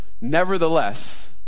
nevertheless